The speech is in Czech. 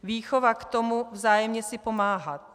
Výchova k tomu vzájemně si pomáhat.